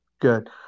good